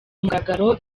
mugaragaro